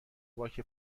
باک